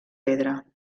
pedra